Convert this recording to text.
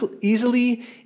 easily